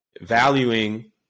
valuing